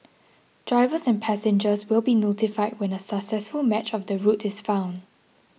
drivers and passengers will be notified when a successful match of the route is found